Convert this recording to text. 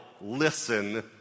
listen